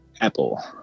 Apple